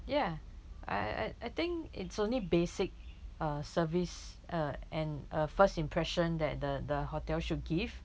ya I I I I think it's only basic uh service uh and uh first impression that the the hotel should give